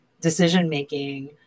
decision-making